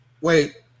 Wait